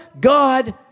God